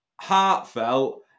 heartfelt